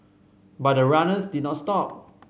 but the runners did not stop